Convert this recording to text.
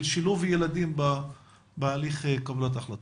של שילוב ילדים בהליך קבלת ההחלטות.